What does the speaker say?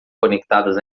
conectadas